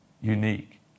unique